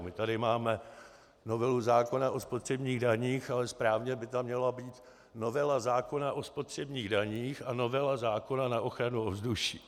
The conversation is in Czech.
My tady máme novelu zákona o spotřebních daních, ale správně by tam měla být novela zákona o spotřebních daních a novela zákona na ochranu ovzduší.